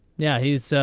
yeah he's. so